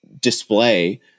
display